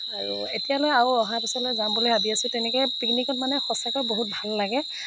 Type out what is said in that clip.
আৰু এতিয়ালৈ আৰু অহা বছৰলৈ যাম বুলি ভাবি আছোঁ তেনেকৈ পিকনিকত মানে সঁচাকৈয়ে বহুত ভাল লাগে